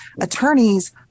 attorneys